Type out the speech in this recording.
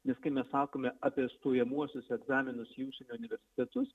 nes kai mes sakome apie stojamuosius egzaminus į užsienio universitetus